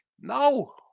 No